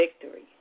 victory